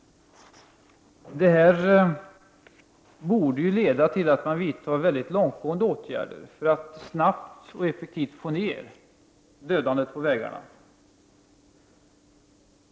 Det här borde leda till att man vidtar långtgående åtgärder för att snabbt och effektivt få ner dödandet på vägarna.